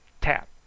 tap